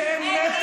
מתים שם קודם.